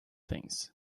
things